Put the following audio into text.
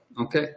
Okay